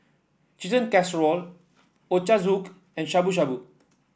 Chicken Casserole Ochazuke and Shabu Shabu